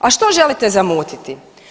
A što želite zamutiti?